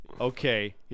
Okay